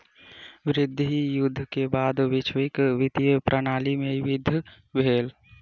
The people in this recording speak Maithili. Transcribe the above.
विश्व युद्ध के बाद वैश्विक वित्तीय प्रणाली में वृद्धि भेल